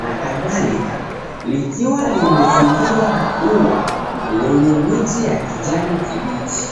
na kadhalika, likiwalimezingirwa na ua lenye miti ya kijani kibichi.